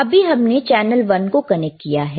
अभी हमने चैनल 1 को कनेक्ट किया है